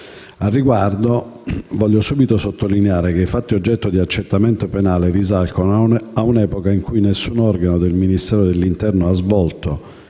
Al riguardo, voglio subito sottolineare che i fatti oggetto di accertamento penale risalgono a un'epoca in cui nessun organo del Ministero dell'interno ha svolto,